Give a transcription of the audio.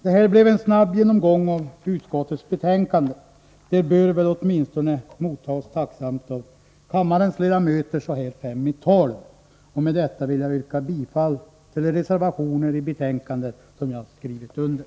Detta blev en snabb genomgång av utskottets betänkande, något som väl bör mottas tacksamt av kammarens ledamöter åtminstone så här ”klockan fem i tolv”. Med detta vill jag yrka bifall till de reservationer i betänkandet som jag skrivit under.